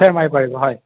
ফেৰ মাৰিব পাৰিব হয়